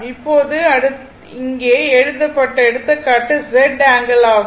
இப்போது அடுத்து இங்கே எழுதப்பட்ட எடுத்துக்காட்டு Z ஆங்கிள் ஆகும்